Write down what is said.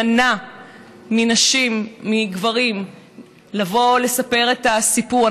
מה שמנע מנשים ומגברים לבוא ולספר את הסיפור.